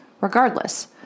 Regardless